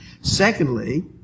Secondly